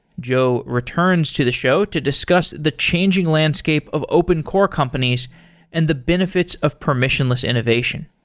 joe returns to the show to discuss the changing landscape of open core companies and the benefits of permissionless innovation.